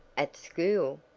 at school?